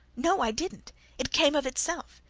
no i didn't it came of itself.